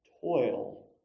toil